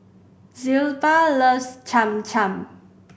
Zilpha loves Cham Cham